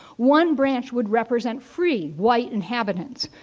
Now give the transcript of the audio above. one branch would represent free white inhabitants.